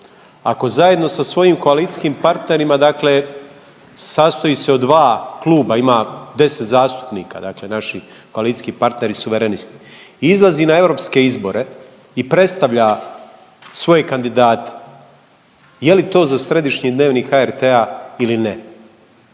ako zajedno sa svojim koalicijskim partnerima dakle sastoji se od dva kluba, ima 10 zastupnika, dakle naši koalicijski partneri Suverenisti, izlazi na europske izbore i predstavlja svoje kandidate, je li to za središnji Dnevnik HRT-a ili ne?